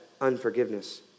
unforgiveness